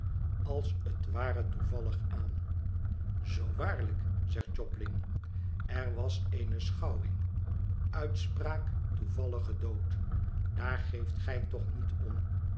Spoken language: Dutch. als het ware toevallig aan zoo waarlijk zegt jobling er was eene schouwing uitspraak toevallige dood daar geeft gij toch niet om